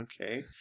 Okay